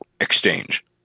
exchange